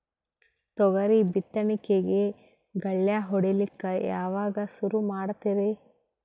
ತೊಗರಿ ಬಿತ್ತಣಿಕಿಗಿ ಗಳ್ಯಾ ಹೋಡಿಲಕ್ಕ ಯಾವಾಗ ಸುರು ಮಾಡತೀರಿ?